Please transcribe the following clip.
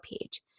page